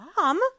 Mom